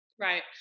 Right